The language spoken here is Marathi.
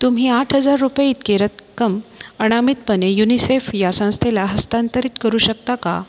तुम्ही आठ हजार रुपये इतकी रक्कम अनामितपणे युनिसेफ ह्या संस्थेला हस्तांतरित करू शकता का